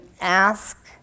ask